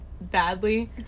Badly